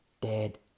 dead